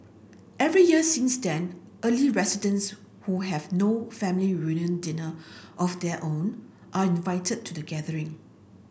every year since then early residents who have no family reunion dinner of their own are invited to the gathering